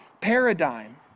paradigm